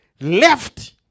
left